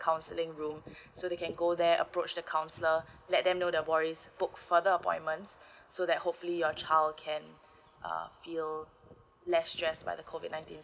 counselling room so they can go there approach the counsellor let them know the worries book further appointments so that hopefully your child can uh feel less stressed by the COVID nineteen